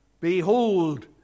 Behold